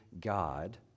God